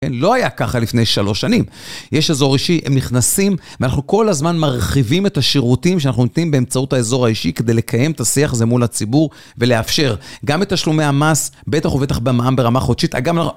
לא היה ככה לפני שלוש שנים, יש אזור אישי הם נכנסים ואנחנו כל הזמן מרחיבים את השירותים שאנחנו נותנים באמצעות האזור האישי כדי לקיים את השיח הזה מול הציבור ולאפשר גם את תשלומי המס בטח ובטח במע"מ ברמה חודשית